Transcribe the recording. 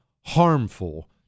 harmful